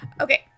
Okay